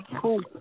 cool